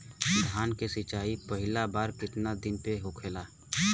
धान के सिचाई पहिला बार कितना दिन पे होखेला?